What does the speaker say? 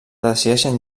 decideixen